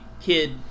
kid